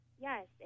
Yes